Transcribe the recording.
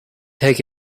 take